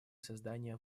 создания